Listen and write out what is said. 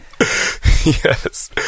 Yes